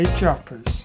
Choppers